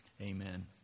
Amen